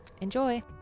Enjoy